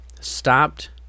stopped